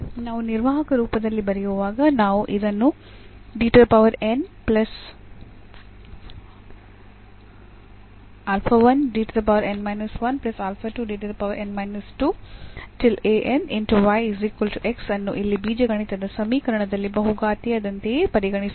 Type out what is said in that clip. ನಾವು ನಿರ್ವಾಹಕ ರೂಪದಲ್ಲಿ ಬರೆಯುವಾಗ ನಾವು ಇದನ್ನು ಅನ್ನು ಇಲ್ಲಿ ಬೀಜಗಣಿತದ ಸಮೀಕರಣದಲ್ಲಿ ಬಹುಘಾತೀಯದಂತೆಯೇ ಪರಿಗಣಿಸಬಹುದು